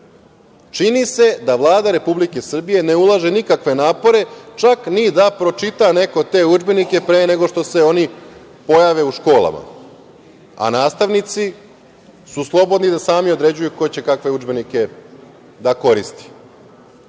se da Vlada Republike Srbije ne ulaže nikakve napore, čak ni da pročita neko te udžbenike pre nego što se oni pojave u školama, a nastavnici su slobodni da sami određuju ko će kakve udžbenike da koristi.